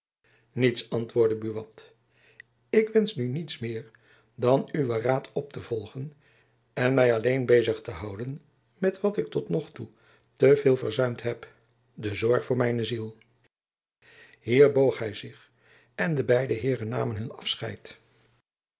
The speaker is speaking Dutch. niets antwoordde buat ik wensch nu niets meer dan uwen raad op te volgen en my alleen bezig te houden met wat ik tot nog toe te veel verzuimd heb de zorg voor mijne ziel hier boog hy zich en de beide heeren namen hun afscheid